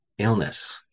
illness